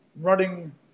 running